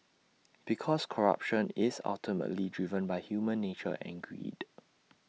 because corruption is ultimately driven by human nature and greed